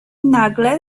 nagle